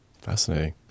Fascinating